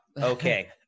Okay